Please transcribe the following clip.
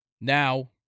Now